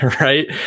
Right